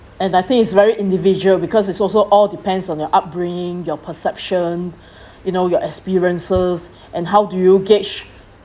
and I think it's very individual because it's also all depends on your upbringing your perception you know your experiences and how do you gauge